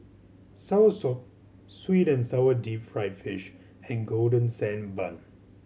soursop sweet and sour deep fried fish and Golden Sand Bun